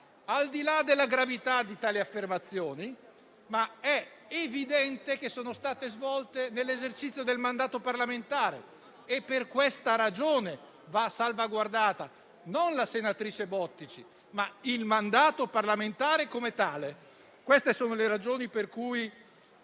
al di là della loro gravità, è evidente che sono state svolte nell'esercizio del mandato parlamentare. Per questa ragione va salvaguardata non la senatrice Bottici, ma il mandato parlamentare come tale. Queste sono le ragioni per cui